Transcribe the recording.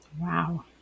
wow